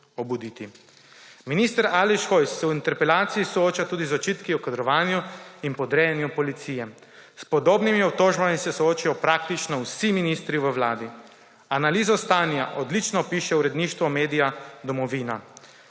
obuditi.« Minister Aleš Hojs se v interpelaciji sooča tudi z očitki o kadrovanju in podrejanju policije. S podobnimi obtožbami se soočajo praktično vsi ministri v vladi. Analizo stanja odlično opiše uredništvo medija Domovina: